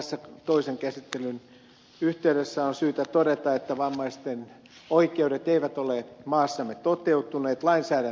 tässä toisen käsittelyn yhteydessä on syytä todeta että vammaisten oikeudet eivät ole maassamme toteutuneet lainsäädäntö on kesken